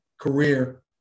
career